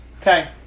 Okay